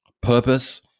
purpose